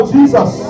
Jesus